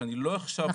שאני לא עכשיו.